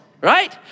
right